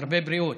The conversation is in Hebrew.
הרבה בריאות.